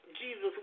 Jesus